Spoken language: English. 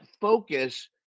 focus